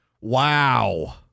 Wow